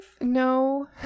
No